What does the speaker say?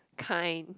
Kind